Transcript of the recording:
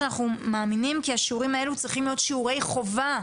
שאנחנו מאמינים כי השיעורים האלה צריכים להיות שיעורי חובה,